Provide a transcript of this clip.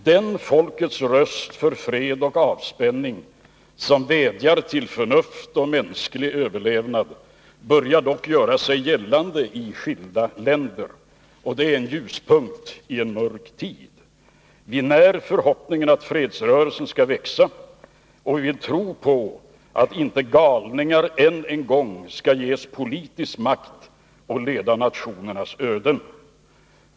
Den folkets röst för fred och avspänning som vädjar till förnuft och mänsklig överlevnad börjar dock göra sig gällande i skilda länder. Det är en ljuspunkt i en mörk tid. Vi när förhoppningen att fredsrörelsen skall växa, och vi vill tro på att inte galningar än en gång skall ges politisk makt att leda nationernas öden.